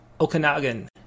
Okanagan